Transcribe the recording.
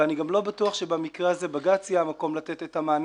ואני גם לא בטוח שבמקרה הזה בג"ץ יהיה המקום לתת את המענה.